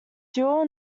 dual